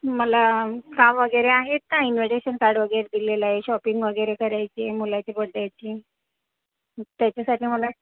मला काम वगैरे आहेत ना इन्व्हिटेशन कार्ड वगैरे दिलेले आहे शॉपिंग वगैरे करायची आहे मुलाची बड्डेची त्याच्यासाठी मला